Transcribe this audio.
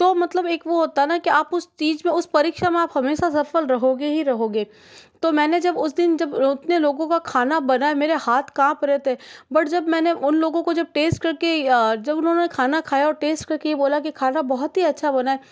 तो मतलब एक वह होता ना कि आप उस चीज में उस परीक्षा में आप हमेशा सफल रहोगे ही रहोगे तो मैंने जब उस दिन जब उतने लोगों का खाना बनाए मेरे हाथ काप रहे थे बट जब मैंने उन लोगों को जब टेस्ट करके जब उन्होंने खाना खाया और टेस्ट करके बोला कि खाना बहुत ही अच्छा बना है